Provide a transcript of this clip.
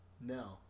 No